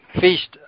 Feast